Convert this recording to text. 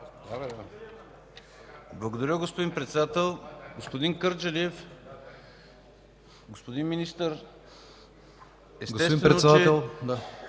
Благодаря, господин Председател. Господин Кърджалиев, господин Министър, естествено, че